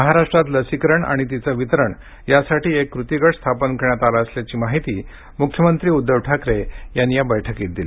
महाराष्ट्रात लसीकरण आणि तिचे वितरण यासाठी एक कृती गट स्थापन करण्यात आला असल्याची माहिती मुख्यमंत्री उद्धव ठाकरे यांनी या बैठकीत दिली